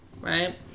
right